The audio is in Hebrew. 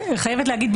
אני חייבת להגיד,